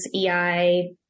EI